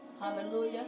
Hallelujah